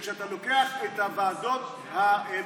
כשאתה לוקח את הוועדות הממונות